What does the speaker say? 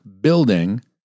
building